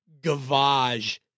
gavage